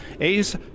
A's